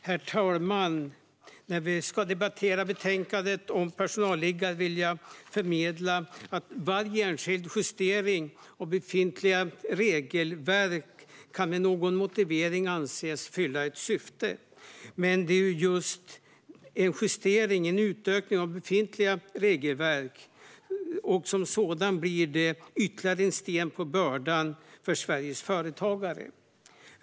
Herr talman! När vi nu ska debattera betänkandet om personalliggare vill jag förmedla att varje enskild justering av befintliga regelverk med någon motivering kan anses fylla ett syfte. Men det är just en justering, en utökning av befintliga regelverk, och som sådan blir det ytterligare en sten på bördan för Sveriges företagare.